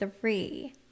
three